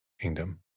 kingdom